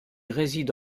réside